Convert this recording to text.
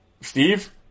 Steve